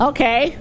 Okay